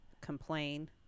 complain